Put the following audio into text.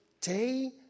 day